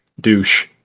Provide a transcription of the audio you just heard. Douche